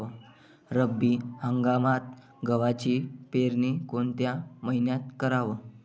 रब्बी हंगामात गव्हाची पेरनी कोनत्या मईन्यात कराव?